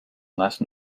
last